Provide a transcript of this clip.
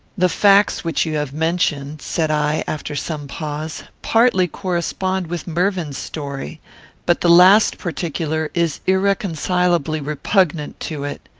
the facts which you have mentioned, said i, after some pause, partly correspond with mervyn's story but the last particular is irreconcilably repugnant to it.